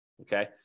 Okay